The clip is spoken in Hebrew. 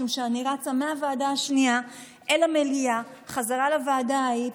משום שאני רצה מהוועדה השנייה אל המליאה ובחזרה לוועדה ההיא,